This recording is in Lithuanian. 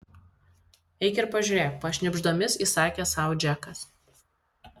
eik ir pažiūrėk pašnibždomis įsakė sau džekas